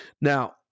now